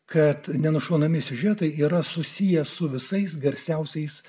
kad nenušunami siužetai yra susiję su visais garsiausiais